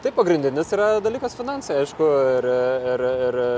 tai pagrindinis yra dalykas finansai aišku ir ir ir